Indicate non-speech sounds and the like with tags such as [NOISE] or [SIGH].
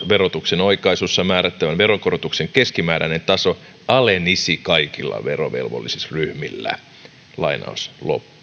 [UNINTELLIGIBLE] verotuksen oikaisussa määrättävän veronkorotuksen keskimääräinen taso alenisi kaikilla verovelvollisuusryhmillä